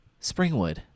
Springwood